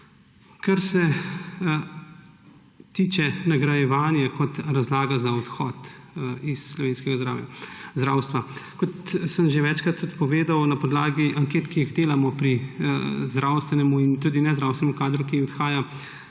Kar se tiče nagrajevanja kot razlage za odhod iz slovenskega zdravstva, kot sem že večkrat tudi povedal, na podlagi anket, ki jih delamo pri zdravstvenem in tudi nezdravstvenem kadru, ki odhaja